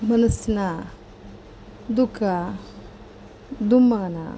ಮನಸ್ಸಿನ ದುಃಖ ದುಮ್ಮಾನ